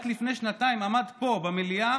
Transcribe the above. רק לפני שנתיים הוא עמד פה במליאה